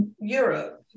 Europe